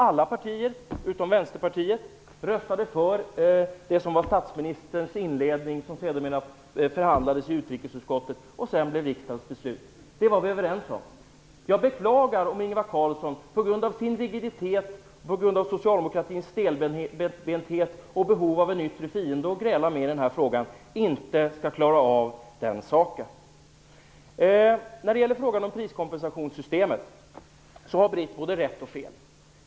Alla partier utom Vänsterpartiet röstade för det som statsministern inledningsvis föreslog som sedermera behandlades i utrikesutskottet och till sist blev riksdagens beslut. Det var vi överens om. Jag beklagar om Ingvar Carlsson, på grund av sin rigiditet och på grund av socialdemokratins stelbenthet och behov av en yttre fiende att gräla med i den här frågan, inte skall klara av den saken. När det gäller frågan om priskompensationssystemet har Britt Bohlin både rätt och fel.